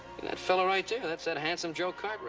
and that fella right there, that's that handsome joe kind of